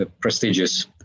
prestigious